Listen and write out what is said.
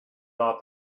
not